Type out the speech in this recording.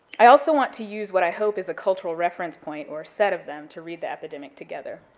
i also want to use what i hope is a cultural reference point or set of them, to read the epidemic together.